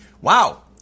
Wow